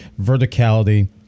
verticality